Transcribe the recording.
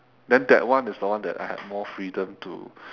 then that one is the one that I had more freedom to